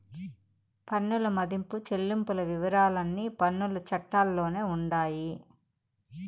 పన్నుల మదింపు చెల్లింపుల వివరాలన్నీ పన్నుల చట్టాల్లోనే ఉండాయి